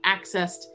accessed